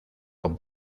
con